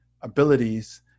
abilities